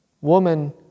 Woman